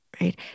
right